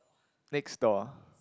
next door